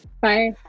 bye